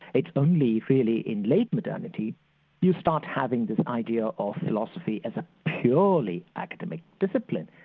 it's only really in late modernity you start having this idea of philosophy as a purely academic discipline.